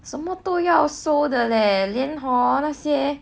什么都要收 hor 那些